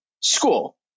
School